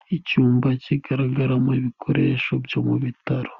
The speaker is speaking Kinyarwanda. Icyumba kigaragaramo ibikoresho byo mu bitaro.